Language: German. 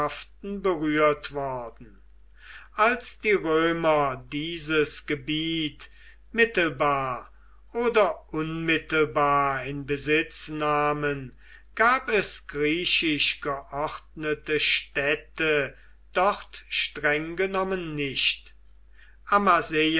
berührt worden als die römer dieses gebiet mittelbar oder unmittelbar in besitz nahmen gab es griechisch geordnete städte dort strenggenommen nicht